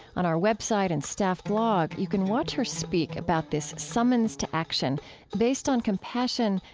on our web site and staff blog, you can watch her speak about this summons to action based on compassion,